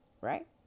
right